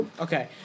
okay